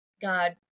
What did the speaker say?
God